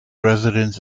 residents